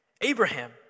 Abraham